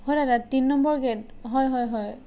হয় দাদা তিনি নম্বৰ গে'ট হয় হয় হয়